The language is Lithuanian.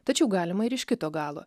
tačiau galima ir iš kito galo